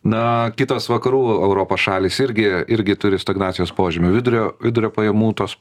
na kitos vakarų europos šalys irgi irgi turi stagnacijos požymių vidurio vidurio pajamų tos